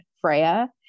Freya